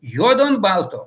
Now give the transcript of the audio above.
juodu ant balto